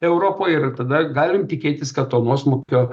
europoj ir tada galim tikėtis kad to nuosmukio